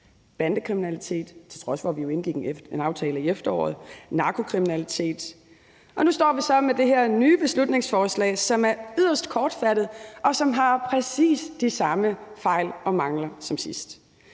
bandekriminalitet, til trods for at vi indgik en aftale i efteråret, og narkokriminalitet. Og nu står vi så med det her nye beslutningsforslag, som er yderst kortfattet, og som har præcis de samme fejl og mangler som sidst.